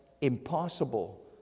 impossible